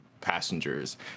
passengers